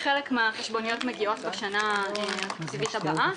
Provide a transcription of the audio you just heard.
חלק מהחשבוניות מגיעות בשנה התקציבית הבאה